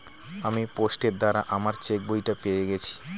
আমি পোস্টের দ্বারা আমার চেকবইটা পেয়ে গেছি